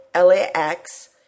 LAX